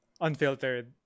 Unfiltered